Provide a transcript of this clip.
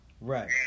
Right